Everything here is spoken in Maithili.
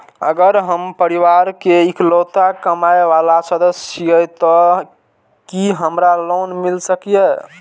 अगर हम परिवार के इकलौता कमाय वाला सदस्य छियै त की हमरा लोन मिल सकीए?